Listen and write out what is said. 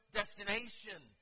destination